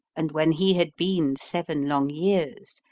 and when he had been seven long yeares,